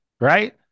right